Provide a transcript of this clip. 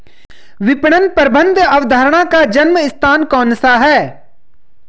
विपणन प्रबंध अवधारणा का जन्म स्थान कौन सा है?